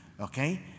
Okay